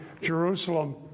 Jerusalem